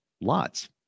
Lots